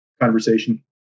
conversation